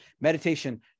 Meditation